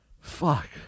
Fuck